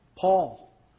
Paul